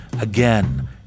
again